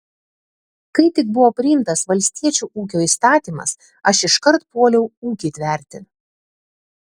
kai tik buvo priimtas valstiečių ūkio įstatymas aš iškart puoliau ūkį tverti